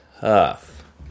tough